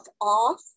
off